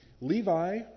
Levi